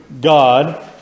God